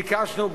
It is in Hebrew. ביקשנו,